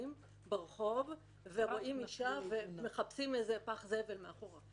שמאחר שאנחנו מדברים בחוק חדש שמפליל התנהגות שהיתה מותרת,